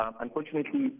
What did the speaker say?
Unfortunately